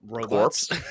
corpse